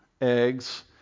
eggs